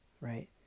Right